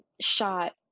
shot